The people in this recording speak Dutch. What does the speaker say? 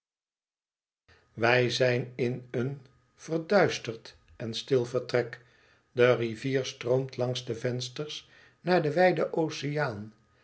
wij zijn in een verduisterd en stil vertrek de rivier stroomt langs de vensters naar den wijden oceaan